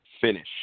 Finish